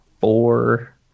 four